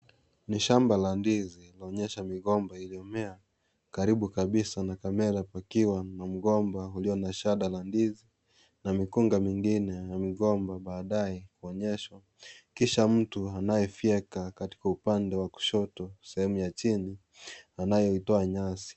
Ni shamba la ndizi iliyoonyesha migomba iliyomea karibu kabisa na camera pakiwa na mgomba ,,ulio na shada ya ndizi na mikunga mingine na migomba baadae kuonyeshwa kisha mtu anayefyeka katika upande wa kushoto sehemu ya chini anayetoa nyasi.